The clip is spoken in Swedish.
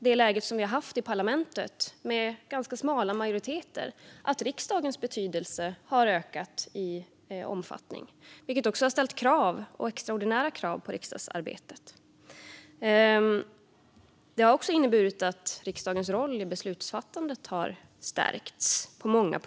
Det läge som vi har haft i parlamentet, med ganska smala majoriteter, har inneburit att riksdagens betydelse ökat i omfattning, vilket också har ställt extraordinära krav på riksdagsarbetet. Det har även inneburit att riksdagens roll i beslutsfattandet stärkts på många punkter.